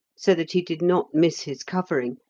so that he did not miss his covering,